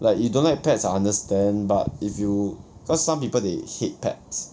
like you don't like pets I understand but if you cause some people they hate pets